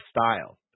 style